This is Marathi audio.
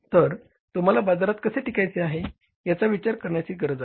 तर तुम्हाला बाजारात कसे टिकायचे आहे याचा विचार करण्याची गरज नाही